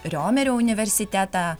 riomerio universitetą